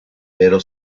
pero